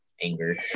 anger